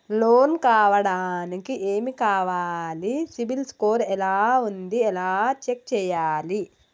Loan కావడానికి ఏమి కావాలి సిబిల్ స్కోర్ ఎలా ఉంది ఎలా చెక్ చేయాలి?